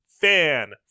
fan